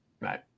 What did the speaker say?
Right